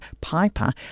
Piper